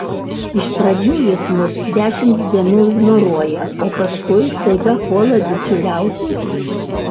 iš pradžių jis mus dešimt dienų ignoruoja o paskui staiga puola bičiuliautis